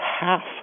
half